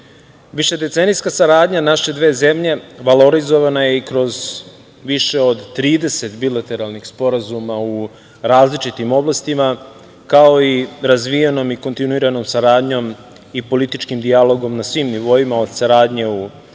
UNESKO.Višedecenijska saradnja naše dve zemlje valorizovana je kroz više od 30 bilateralnih sporazuma u različitim oblastima, kao i razvijenom i kontinuiranom saradnjom i političkim dijalogom na svim nivoima, od saradnje u pravnim